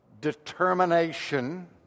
determination